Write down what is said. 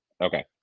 Okay